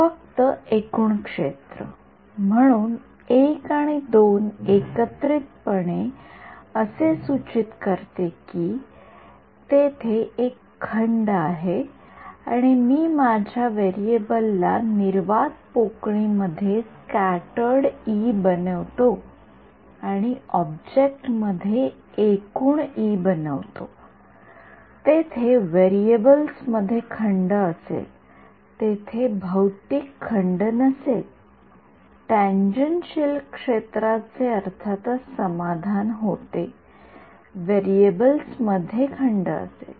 फक्त एकूण क्षेत्र म्हणून I आणि II एकत्रितपणे असे सूचित करते की तेथे एक खंड आहे मी माझ्या व्हेरिएबल ला निर्वात पोकळी मध्ये स्क्याटर्ड ई बनवतो आणि ऑब्जेक्ट मध्ये एकूण ई बनवतो तेथे व्हेरिएबल्समध्ये खंड असेल तेथे भौतिक खंड नसेल टॅनजेन्शिअल क्षेत्राचे अर्थातच समाधान होते व्हेरिएबल्समध्ये खंड असेल